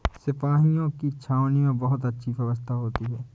सिपाहियों की छावनी में बहुत अच्छी व्यवस्था होती है